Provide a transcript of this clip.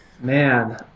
man